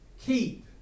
keep